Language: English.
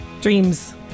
dreams